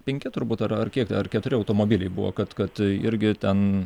penki turbūt ar ar kiek ar keturi automobiliai buvo kad kad irgi ten